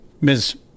Ms